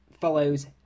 follows